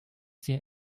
sehr